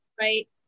Right